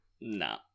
nah